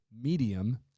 medium